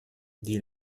die